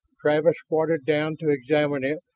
travis squatted down to examine it,